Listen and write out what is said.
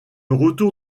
retour